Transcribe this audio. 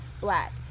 black